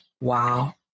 Wow